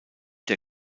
der